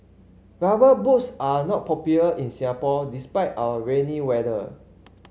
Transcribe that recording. rubber boots are not popular in Singapore despite our rainy weather